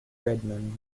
redmond